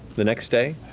the next day,